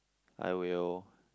I will